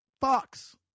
Fox